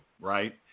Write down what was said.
right